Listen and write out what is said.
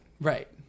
right